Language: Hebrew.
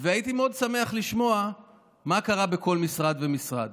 והייתי מאוד שמח לשמוע מה קרה בכל משרד ומשרד,